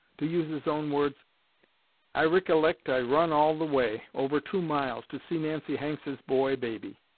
to use his own words i rikkilect i run all the way, over two miles, to see nancy hanks's boy baby.